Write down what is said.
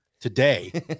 today